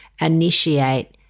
initiate